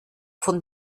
von